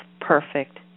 perfect